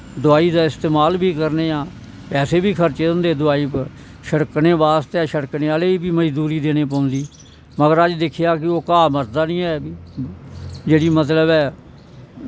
दवाई दा इस्तेमाल बी करने आं पैसे बी खर्चे होंदे दवाई पर छेड़कनै बास्तै छिड़कने आह्ले गी बी मजदूरी देनी पौंदी मगर असें दिक्खेआ कि ओह् घा मरदा नी ऐ जेह्ड़ी मतलव ऐ